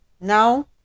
now